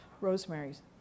Rosemary's